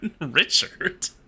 Richard